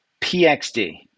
PXD